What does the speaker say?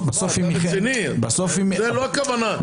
זאת לא הכוונה.